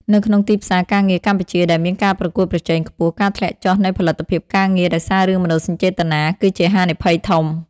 នៅក្នុងទីផ្សារការងារកម្ពុជាដែលមានការប្រកួតប្រជែងខ្ពស់ ការធ្លាក់ចុះនៃផលិតភាពការងារដោយសាររឿងមនោសញ្ចេតនា គឺជាហានិភ័យធំ។